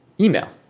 email